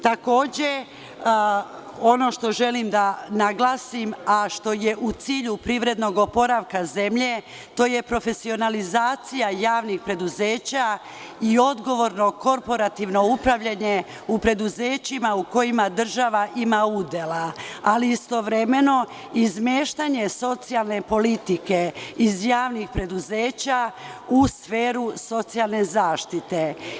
Takođe, ono što želim da naglasim, a što je u cilju privrednog oporavka zemlje, to je profesionalizacija javnih preduzeća i odgovorno korporativno upravljanje u preduzećima u kojim država ima udela, ali istovremeno, izmeštanje socijalne politike iz javnih preduzeća u sferu socijalne zaštite.